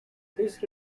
this